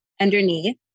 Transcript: underneath